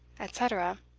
etc.